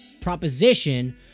proposition